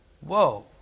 Whoa